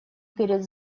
перед